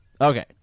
Okay